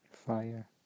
Fire